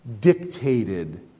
dictated